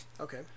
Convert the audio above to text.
Okay